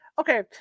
Okay